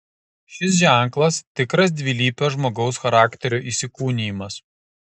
šis ženklas tikras dvilypio žmogaus charakterio įsikūnijimas